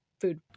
food